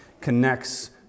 connects